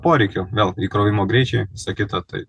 poreikio vėl įkrovimo greičiai visa kita tai